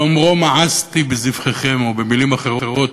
באומרו: מאסתי בזבחיכם, או במילים אחרות: